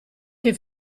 che